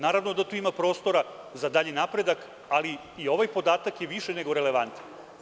Naravno da tu ima prostora za dalji napredak, ali i ovaj podatak je više nego relevantan.